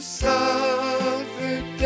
suffered